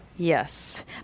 Yes